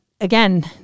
again